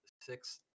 six